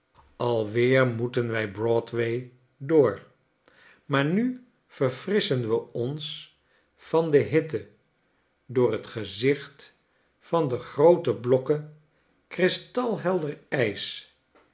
alweer moeten wij broadway door maar nu verfrisschen we ons van de hitte door t gezicht van de groote blokken kristalhelder ijs